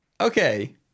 Okay